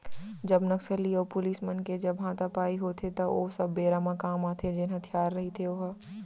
जब नक्सली अऊ पुलिस मन के जब हातापाई होथे त ओ सब बेरा म काम आथे जेन हथियार रहिथे ओहा